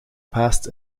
passed